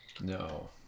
No